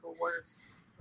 worse